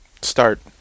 Start